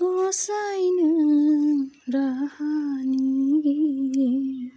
गसाइ नों राहानि गिरि